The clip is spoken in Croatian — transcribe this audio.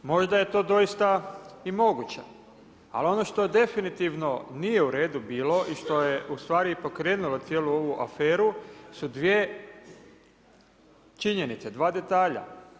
Možda je to doista i moguće, ali ono što definitivno nije u redu bilo i što je u stvari i pokrenulo cijelu ovu aferu su dvije činjenice, dva detalja.